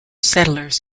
settlers